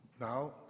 now